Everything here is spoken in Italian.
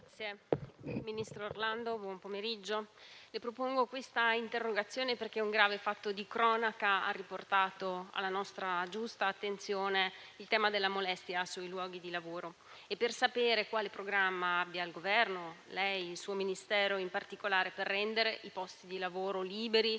signor ministro Orlando, propongo questa interrogazione perché un grave fatto di cronaca ha riportato alla nostra giusta attenzione il tema della molestia sui luoghi di lavoro e per sapere quale programma abbia il Governo, lei e in particolare il Ministero che guida, per rendere i posti di lavoro liberi